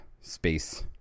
space